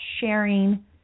sharing